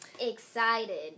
Excited